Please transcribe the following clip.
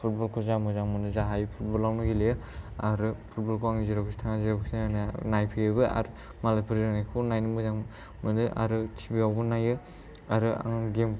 football खौ जा मोजां मोनो जा हायो फुटबल आवनो गेलेयो आरो फुटबल खौ आं जेरावखि थाङा जेरावखि जाया नायफैयोबो आरो मालायफोर जोनायखौ नायनो मोजां मोनो आरो टि भि आवबो नायो आरो आं गेम